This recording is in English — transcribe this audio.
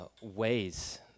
ways